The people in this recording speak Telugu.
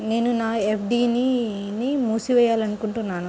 నేను నా ఎఫ్.డీ ని మూసివేయాలనుకుంటున్నాను